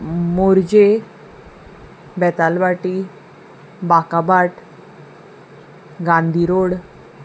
मोरजे बेतालवाटी बाकाबाट गांधी रोड